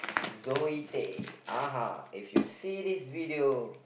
Zoey-Tay uh if you see this video